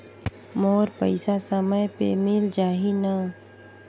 मोर पइसा समय पे मिल जाही न?